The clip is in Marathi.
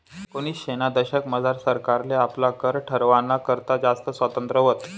एकोनिसशेना दशकमझार सरकारले आपला कर ठरावाना करता जास्त स्वातंत्र्य व्हतं